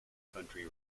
country